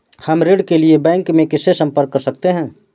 हम ऋण के लिए बैंक में किससे संपर्क कर सकते हैं?